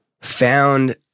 found